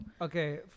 Okay